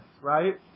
right